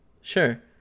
Sure